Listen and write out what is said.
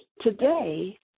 Today